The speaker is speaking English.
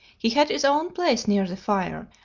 he had his own place near the fire,